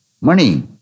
Money